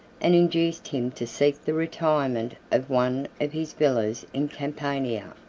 and induced him to seek the retirement of one of his villas in campania.